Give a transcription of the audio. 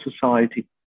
society